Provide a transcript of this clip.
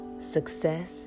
success